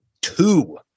two